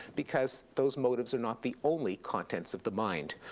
because those motives are not the only contents of the mind.